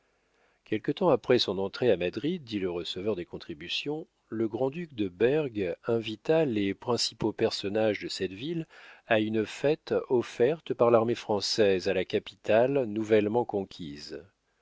quelque temps après son entrée à madrid dit le receveur des contributions le grand-duc de berg invita les principaux personnages de cette ville à une fête offerte par l'armée française à la capitale nouvellement conquise